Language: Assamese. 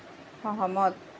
সহমত